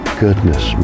goodness